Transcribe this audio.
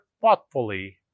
thoughtfully